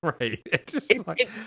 right